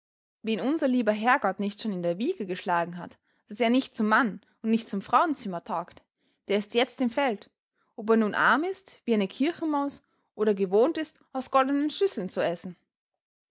wen unser lieber hergott nicht schon in der wiege geschlagen hat daß er nicht zum mann und nicht zum frauenzimmer taugt der ist jetzt im feld ob er nun arm ist wie eine kirchenmaus oder gewohnt ist aus goldenen schüsseln zu essen